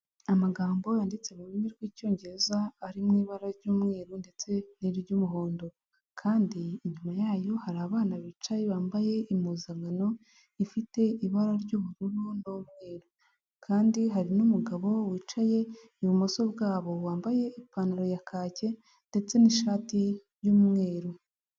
Amagambo yanditse mu rurimi rw'Icyongereza, ari mu ibara ry'umweru ndetse n'iry'umuhondo kandi inyuma yayo hari abana bicaye bambaye impuzankano, ifite ibara ry'ubururu n'umweru kandi hari n'umugabo wicaye ibumoso bwabo, wambaye ipantaro ya kake ndetse n'ishati y'umweru.